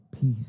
Peace